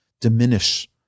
diminish